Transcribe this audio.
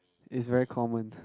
is very common